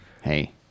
Hey